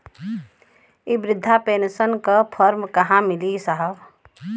इ बृधा पेनसन का फर्म कहाँ मिली साहब?